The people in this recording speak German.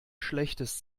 schlechtes